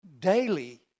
daily